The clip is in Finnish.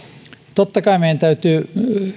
totta kai meidän täytyy